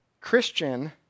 Christian